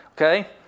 Okay